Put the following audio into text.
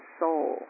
soul